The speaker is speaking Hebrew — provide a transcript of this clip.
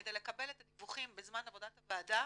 כדי לקבל את הדיווחים בזמן עבודת הוועדה,